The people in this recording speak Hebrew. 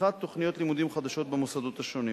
לפתיחת תוכניות לימודים חדשות במוסדות השונים.